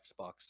xbox